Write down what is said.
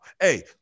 Hey